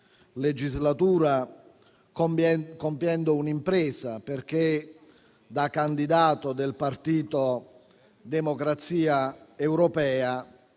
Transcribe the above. legislatura, compiendo un'impresa, perché, da candidato del partito Democrazia Europea,